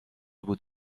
بود